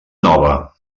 nova